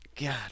God